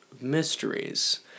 Mysteries